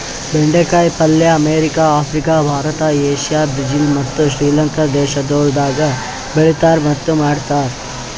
ಬೆಂಡೆ ಕಾಯಿ ಪಲ್ಯ America, Africa, Bharat, Asia, Brazil ಮತ್ತ್ ಶ್ರೀ ಲಂಕಾ ದೇಶಗೊಳ್ದಾಗ್ ಬೆಳೆತಾರ್ ಮತ್ತ್ ಮಾಡ್ತಾರ್